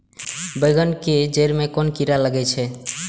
बेंगन के जेड़ में कुन कीरा लागे छै?